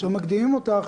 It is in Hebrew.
ועכשיו מקדימים אותה.